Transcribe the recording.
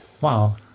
wow